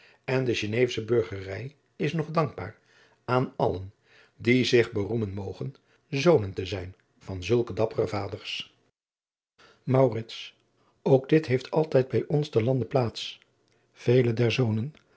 en de geneessche burgerij is nog dankbaar aan allen die zich beroemen mogen zonen te zijn van zulke dappere vaders maurits ook dit heeft altijd bij ons te lande plaats vele